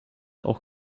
auch